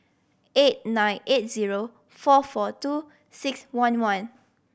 eight nine eight zero four four two six one one